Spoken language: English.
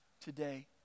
today